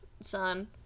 son